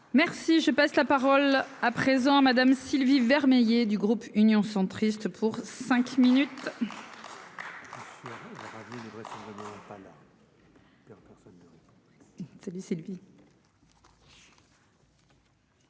Merci, je passe la parole à présent Madame Sylvie Vermeillet, du groupe Union centriste pour cinq minutes.